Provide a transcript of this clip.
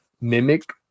mimic